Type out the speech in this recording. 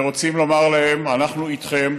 ורוצים לומר להם: אנחנו איתכם,